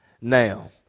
Now